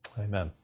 Amen